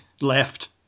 left